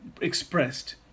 expressed